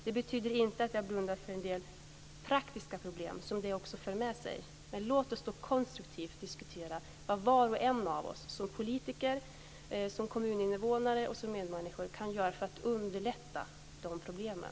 Det betyder inte att jag blundar för en del praktiska problem. Men låt oss konstruktivt diskutera vad var och en av oss som politiker, som kommuninvånare och som medmänniska kan göra för att underlätta de problemen.